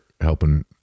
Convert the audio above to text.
helping